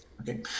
Okay